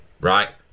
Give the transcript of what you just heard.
Right